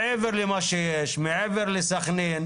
מעבר למה שיש, מעבר לסחנין,